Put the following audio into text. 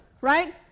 right